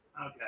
Okay